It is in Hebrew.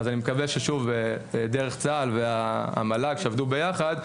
אז אני מקווה שדרך צה"ל והמל"ג שעובדים ביחד,